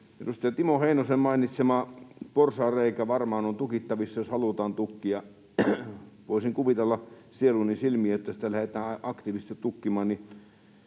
Edustaja Timo Heinosen mainitsema porsaanreikä varmaan on tukittavissa, jos halutaan tukkia. Voisin kuvitella sieluni silmin, että jos sitä lähdetään aktiivisesti tukkimaan,